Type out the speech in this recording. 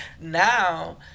now